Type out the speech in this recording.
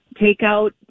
takeout